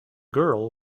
girl